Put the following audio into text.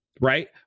right